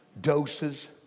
doses